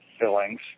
fillings